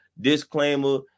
Disclaimer